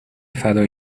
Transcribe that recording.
فدا